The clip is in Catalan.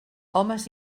homes